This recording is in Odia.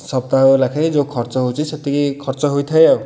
ସପ୍ତାହ ଲାଖେ ଯେଉଁ ଖର୍ଚ୍ଚ ହେଉଛି ସେତିକି ଖର୍ଚ୍ଚ ହେଇଥାଏ ଆଉ